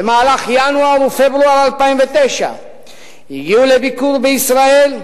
במהלך ינואר ופברואר 2009 הגיעו לביקור בישראל ג'ורג'